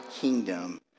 kingdom